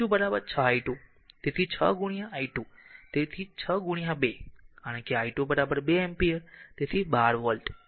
તેથી 48 volt v 2 6 i2 તેથી 6 i2 તેથી 6 2 કારણ કે i2 2 એમ્પીયર તેથી 12 વોલ્ટ